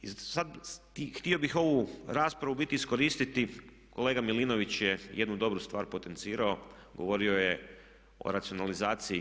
I sad htio bih ovu raspravu u biti iskoristiti, kolega Milinović je jednu dobru stvar potencirao, govorio je o racionalizaciji.